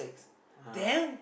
(uh huh)